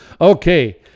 Okay